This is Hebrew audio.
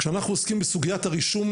כשאנחנו עוסקים בסוגיית הרישום,